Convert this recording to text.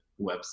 website